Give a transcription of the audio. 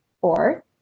four